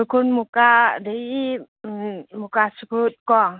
ꯈꯨꯔꯈꯨꯜ ꯃꯨꯀꯥ ꯑꯗꯒꯤ ꯃꯨꯀꯥ ꯁꯨꯠꯀꯣ